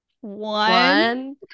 One